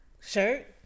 shirt